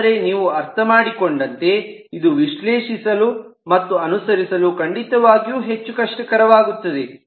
ಆದರೆ ನೀವು ಅರ್ಥಮಾಡಿಕೊಂಡಂತೆ ಇದು ವಿಶ್ಲೇಷಿಸಲು ಮತ್ತು ಅನುಸರಿಸಲು ಖಂಡಿತವಾಗಿಯೂ ಹೆಚ್ಚು ಕಷ್ಟಕರವಾಗುತ್ತದೆ